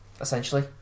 essentially